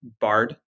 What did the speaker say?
BARD